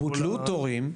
בוטלו תורים.